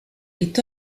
est